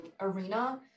arena